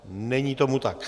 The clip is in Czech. Není tomu tak.